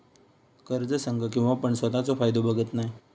कर्ज संघ केव्हापण स्वतःचो फायदो बघत नाय